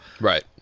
Right